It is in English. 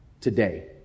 Today